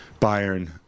Bayern